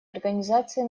организации